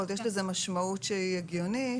יש לזה משמעות שהיא הגיונית.